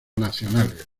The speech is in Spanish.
nacionales